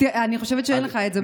אני חושבת שאין לך את זה ביד.